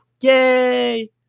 Yay